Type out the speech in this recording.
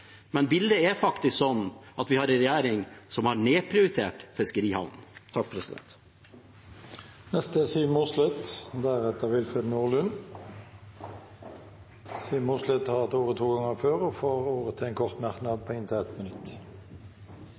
men bildet er faktisk at vi har en regjering som har nedprioritert fiskerihavnene. Representanten Siv Mossleth har hatt ordet to ganger tidligere og får ordet til en kort merknad, begrenset til 1 minutt. Merknaden skal være kort. Når jeg hører på